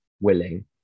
willing